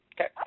Okay